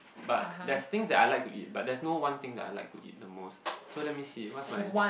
but there's things that I like to eat but there's no one thing that I like to eat the most so let me see what's my